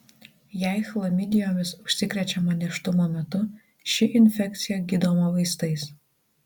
jei chlamidijomis užsikrečiama nėštumo metu ši infekcija gydoma vaistais